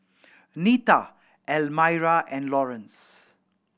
Nita Almyra and Laurence